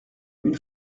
une